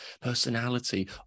personality